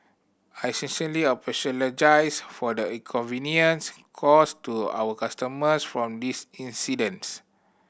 I sincerely apologise for the inconvenience caused to our customers from this incidents